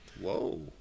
whoa